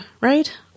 right